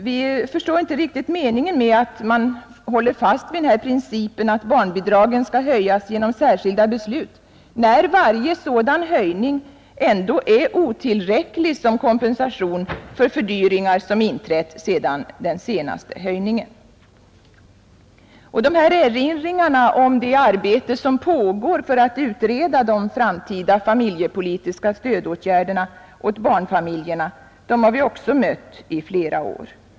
Vi förstår inte riktigt meningen med att man håller fast vid principen att barnbidragen skall höjas genom särskilda beslut när varje sådan höjning blir otillräcklig som kompensation för fördyringar som inträtt efter den senaste höjningen. De här erinringarna om det arbete som pågår för att utreda de framtida familjepolitiska stödåtgärderna åt barnfamiljerna har vi också mött i flera år.